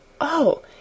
Oh